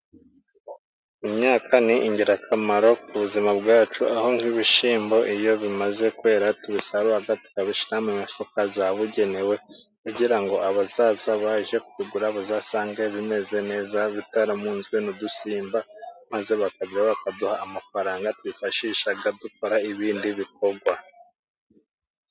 Imyaka ni ingirakamaro ku buzima bwacu aho nk'ibishyimbo iyo bimaze kwera tubisarura tukabishyira mu mifuka yabugenewe, kugira ngo abazaza baje kugura bazasange bimeze neza, bitaramunzwe n'udusimba maze bakajya bakaduha amafaranga twifashisha dukora ibindi bikorwa.